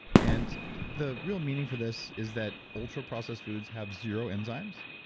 and the real meaning for this is that ultra processed foods have zero enzymes.